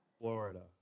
Florida